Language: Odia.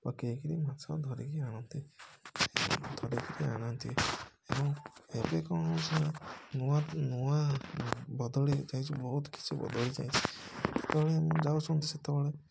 ପକେଇକିରି ମାଛ ଧରିକି ଆଣନ୍ତି ଧରିକିରି ଆଣନ୍ତି ଏବଂ ଏବେ କ'ଣ ହେଉଛି ନା ନୂଆ ନୂଆ ବଦଳି ଯାଇଛି ବହୁତ କିଛି ବଦଳି ଯାଇଛି ଯେତେବେଳେ ଯାଉଛନ୍ତି ସେତେବେଳେ